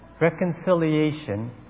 reconciliation